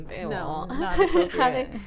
No